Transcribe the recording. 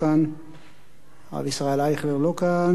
הרב ישראל אייכלר לא כאן, נסים זאב לא כאן,